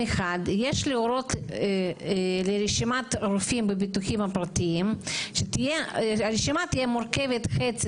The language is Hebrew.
מחד יש להורות על רשימת רופאים בביטוחים הפרטיים שהרשימה תהיה מורכבת חצי